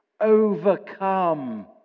Overcome